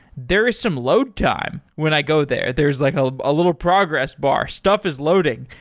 there is some load time when i go there. there's like ah a little progress bar. stuff is loading.